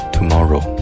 Tomorrow